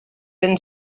been